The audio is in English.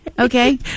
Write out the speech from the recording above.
Okay